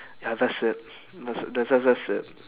ya that's it that's that's that's it